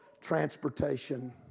transportation